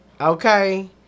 Okay